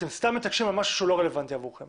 אתם סתם מתעקשים על משהו שהוא לא רלוונטי עבורכם.